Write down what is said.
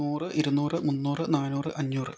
നൂറ് ഇരുനൂറ് മുന്നൂറ് നാനൂറ് അഞ്ഞൂറ്